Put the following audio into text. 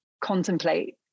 contemplate